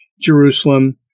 Jerusalem